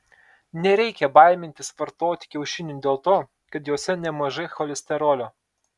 nereikia baimintis vartoti kiaušinių dėl to kad juose nemažai cholesterolio